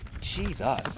jesus